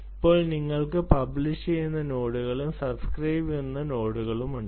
ഇപ്പോൾ നിങ്ങൾക്ക് പബ്ലിഷ് ചെയ്യുന്ന നോഡുകളും സബ്സ്ക്രൈബുചെയ്യുന്ന നോഡുകളുമുണ്ട്